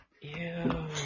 Ew